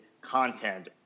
content